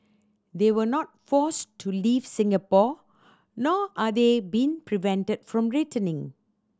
they were not forced to leave Singapore nor are they being prevented from returning